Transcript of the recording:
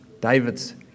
David's